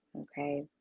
okay